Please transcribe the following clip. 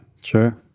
Sure